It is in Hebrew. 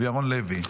וירון לוי.